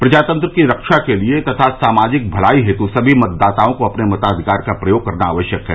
प्रजातंत्र की रक्षा के लिए तथा सामाजिक भलाई हेत् सभी मतदाताओं को अपने मताधिकार का प्रयोग करना आवश्यक है